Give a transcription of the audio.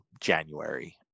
January